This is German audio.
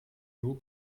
nur